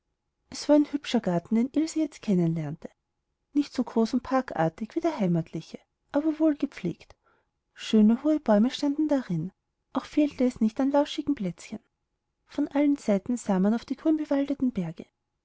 es war ein hübscher garten den ilse jetzt kennen lernte nicht so groß und parkartig wie der heimatliche aber wohl gepflegt schöne hohe bäume standen darin auch fehlte es nicht an lauschigen plätzen von allen seiten sah man auf die grünbewaldeten berge